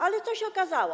Ale co się okazało?